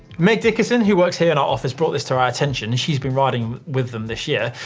meg dickerson, who works here in our office brought this to our attention, and she's been riding with them this year.